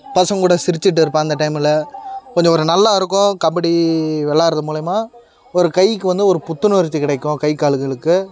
பசங்ககூட சிரித்துட்டு இருப்பேன் அந்த டைமில் கொஞ்சம் ஒரு நல்லா இருக்கும் கபடி விளாட்றது மூலிமா ஒரு கைக்கு வந்து ஒரு புத்துணர்ச்சி கிடைக்கும் கைக் காலுகளுக்கு